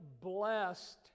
blessed